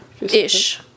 Ish